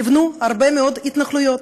נבנו הרבה מאוד התנחלויות.